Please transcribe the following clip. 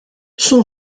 son